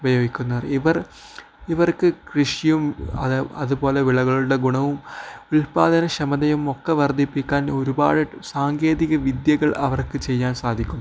ഉപയോഗിക്കുന്നത് ഇവർ ഇവർക്ക് കൃഷിയും അതുപോലെ വിളകളുടെ ഗുണവും ഉൽപാദനക്ഷമതയുമൊക്കെ വർദ്ധിപ്പിക്കാൻ ഒരുപാട് സാങ്കേതികവിദ്യകൾ അവർക്ക് ചെയ്യാൻ സാധിക്കും